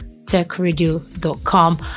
techradio.com